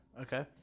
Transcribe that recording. okay